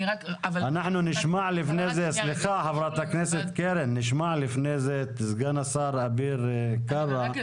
אנחנו נשמע את סגן השר אביר קארה,